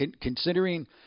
considering